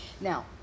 Now